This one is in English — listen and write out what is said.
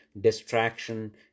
distraction